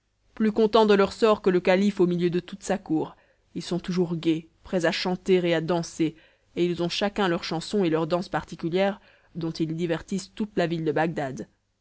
plus contents de leur sort que le calife au milieu de toute sa cour ils sont toujours gais prêts à chanter et à danser et ils ont chacun leur chanson et leur danse particulière dont ils divertissent toute la ville de bagdad